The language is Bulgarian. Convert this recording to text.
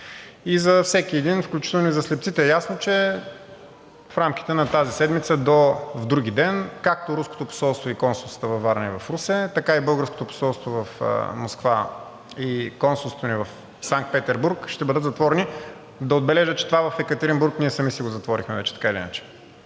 И за всеки един, включително и за слепците е ясно, че в рамките на тази седмица до вдругиден, както руското посолство и консулствата във Варна и в Русе, така и българското посолство в Москва и консулствата ни Санкт Петербург, ще бъдат затворени. Да отбележа, че това в Екатеринбург ние сами си го затворихме вече, така или иначе.